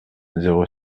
zéro